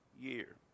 year